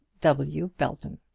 w. belton.